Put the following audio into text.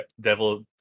Devil